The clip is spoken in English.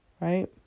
right